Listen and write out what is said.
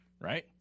right